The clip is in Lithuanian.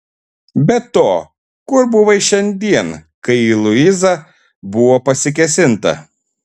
be to kur buvai šiandien kai į luizą buvo pasikėsinta